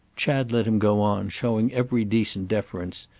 chad let him go on, showing every decent deference,